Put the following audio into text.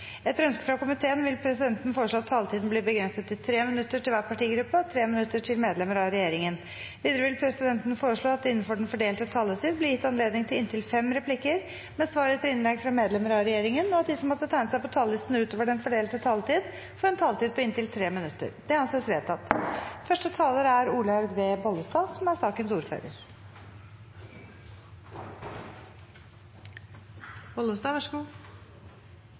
Etter ønske fra helse- og omsorgskomiteen vil presidenten foreslå at taletiden blir begrenset til 3 minutter til hver partigruppe og 3 minutter til medlemmer av regjeringen. Videre vil presidenten foreslå at det – innenfor den fordelte taletid – blir gitt anledning til inntil fem replikker med svar etter innlegg fra medlemmer av regjeringen, og at de som måtte tegne seg på talerlisten utover den fordelte taletid, får en taletid på inntil 3 minutter. – Det anses vedtatt. Stortingsrepresentantene Olaug V. Bollestad,